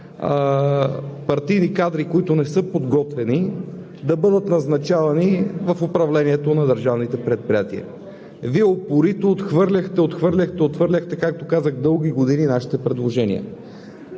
партийни кадри, които не са подготвени, да бъдат назначавани в управлението на държавните предприятия. Вие упорито отхвърляхте, както казах, дълги години нашите предложения.